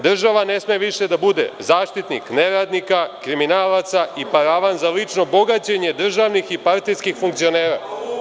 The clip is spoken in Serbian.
Država ne sme više da bude zaštitnik neradnika, kriminalaca i paravan za lično bogaćenje državnih i partijskih funkcionera.